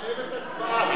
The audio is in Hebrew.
חייבת הצבעה.